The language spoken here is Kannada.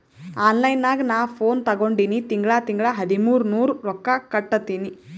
ಆನ್ಲೈನ್ ನಾಗ್ ನಾ ಫೋನ್ ತಗೊಂಡಿನಿ ತಿಂಗಳಾ ತಿಂಗಳಾ ಹದಿಮೂರ್ ನೂರ್ ರೊಕ್ಕಾ ಕಟ್ಟತ್ತಿನಿ